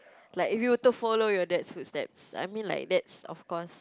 like if you were to follow your dad's footsteps I mean like dad's of course